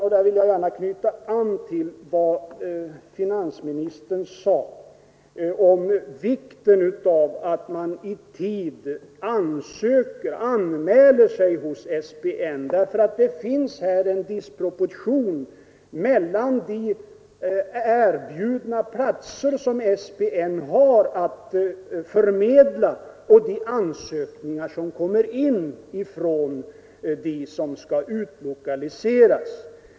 Till sist vill jag gärna knyta an till vad finansministern sade om vikten av att man i tid anmäler sig hos SPN. Det finns nämligen här en disproportion mellan de erbjudna platser som SPN har att förmedla och de ansökningar som kommer in från dem som skall utlokaliseras.